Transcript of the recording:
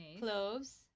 cloves